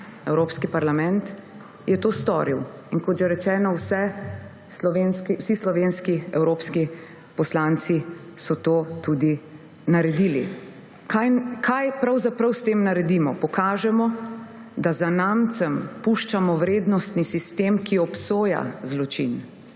Evropski parlament je to storil, kot že rečeno, vsi slovenski evropski poslanci so to tudi naredili. Kaj pravzaprav s tem naredimo? Pokažemo, da zanamcem puščamo vrednostni sistem, ki obsoja zločin.